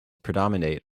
predominate